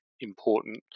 important